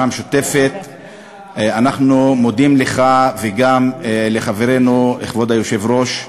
המשותפת אנחנו מודים לך וגם לחברנו כבוד היושב-ראש,